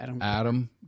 adam